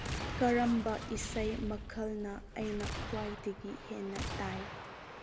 ꯀꯔꯝꯕ ꯏꯁꯩ ꯃꯈꯜꯅ ꯑꯩꯅ ꯈ꯭ꯋꯥꯏꯗꯒꯤ ꯍꯦꯟꯅ ꯇꯥꯏ